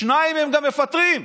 שניים הם גם מפטרים.